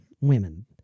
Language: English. women